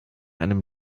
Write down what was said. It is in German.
einem